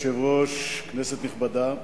אדוני היושב-ראש, כנסת נכבדה,